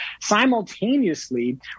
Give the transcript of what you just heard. Simultaneously